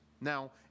Now